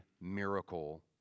miracle